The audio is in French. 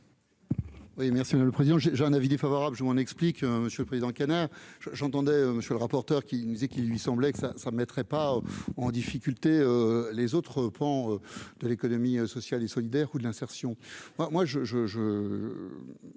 Oui, merci, on a le président, j'ai, j'ai un avis défavorable je m'en explique monsieur le Président, j'entendais monsieur le rapporteur, qui nous disait qu'il lui semblait que ça ça mettrait pas en difficulté, les autres pans de l'économie sociale et solidaire ou de l'insertion,